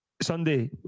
Sunday